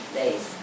days